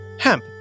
hemp